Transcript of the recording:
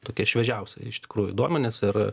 tokie šviežiausi iš tikrųjų duomenys ir